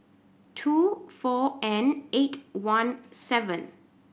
two four N eight one seven